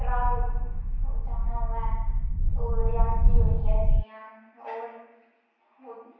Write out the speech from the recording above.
और कटड़ा जाना होऐ और रियासी होई गेआ जियां होर